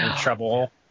Trouble